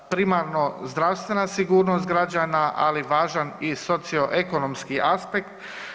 Primarno zdravstvena sigurnost građana, ali važan i socioekonomski aspekt.